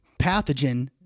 pathogen